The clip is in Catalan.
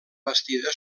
bastida